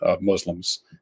Muslims